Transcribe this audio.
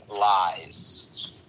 Lies